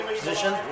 position